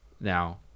now